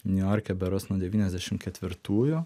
niujorke berods nuo devyniasdešimt ketvirtųjų